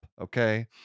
Okay